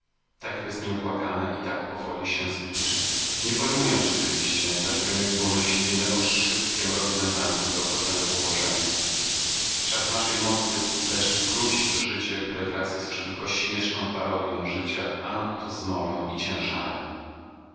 takie to jest nieubłagane i tak powoli się zbliża nie pojmuję rzeczywiście dlaczego nie pomyślimy o szybkiem rozwiązaniu tego okropnego położenia wszak w naszej mocy leży skrócić to życie które teraz jest już tylko śmieszną parodją życia a nadto zmorą i ciężarem